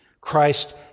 Christ